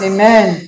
Amen